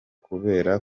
kubera